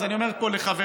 אז אני אומר פה לחבריי: